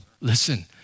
Listen